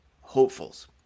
hopefuls